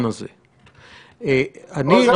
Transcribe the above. היה בהתחלה איזה שהוא מאמר שדיבר על 60%. הבנו מהמשרד